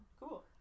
Cool